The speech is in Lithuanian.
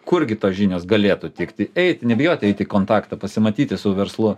kurgi tos žinios galėtų tikti eiti nebijoti eit į kontaktą pasimatyti su verslu